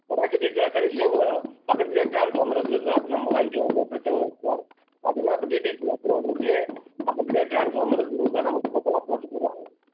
பிறவு ஹச்டி ச சர்வீஸ்சிலேருந்து பக்கத்துலேயே டிரான்ஸ்ஃபார்மர் இருக்குது சார் நம்ம வாங்கிக்கலாம் சார் பிரச்சினல்லாம் இல்லை சார் பார்த்தீங்கன்னா இப்போ டிடிசி அப்ரூவல் இருக்குது பக்கத்துலேயே ட்ரான்ஸ்ஃபார்மர் இருக்குதுங்க சார் நமக்கு ஸ்பெஷலாக போட்டுத் தரோம்